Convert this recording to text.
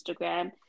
Instagram